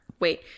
Wait